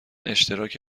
اشتراک